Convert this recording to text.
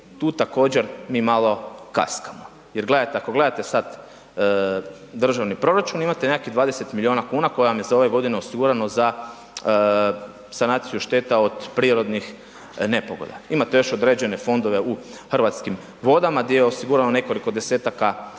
tu također mi malo kaskamo. Jer gledajte, ako gledate sad državni proračun imate nekih 20 miliona kuna koje vam je za ove godine osigurano za sanaciju šteta od prirodnih nepogoda. Imate još određene fondove u Hrvatskim vodama gdje je osigurano nekoliko 10-taka